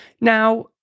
Now